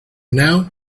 now